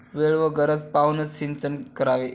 वेळ व गरज पाहूनच सिंचन करावे